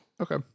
Okay